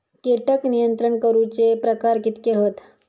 कीटक नियंत्रण करूचे प्रकार कितके हत?